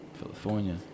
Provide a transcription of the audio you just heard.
California